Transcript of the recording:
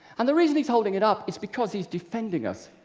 and the reason he's holding it up is because he's defending us.